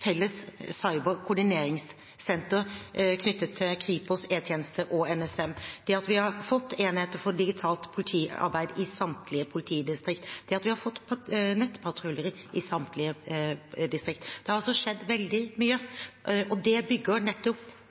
felles cyberkoordineringssenter knyttet til Kripos, E-tjenesten og NSM, det at vi har fått enheter for digitalt politiarbeid i samtlige politidistrikt, det at vi har fått nettpatruljer i samtlige distrikt. Det har altså skjedd veldig mye, og det bygger nettopp